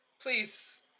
Please